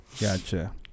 Gotcha